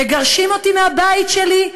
מגרשים אותי מהבית שלי,